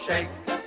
Shake